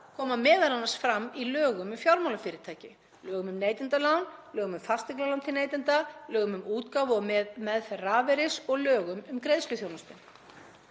koma m.a. fram í lögum um fjármálafyrirtæki, lögum um neytendalán, lögum um fasteignalán til neytenda, lögum um útgáfu og meðferð rafeyris og lögum um greiðsluþjónustu.